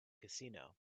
casino